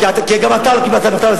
כי גם אתה לא קיבלת את המכתב,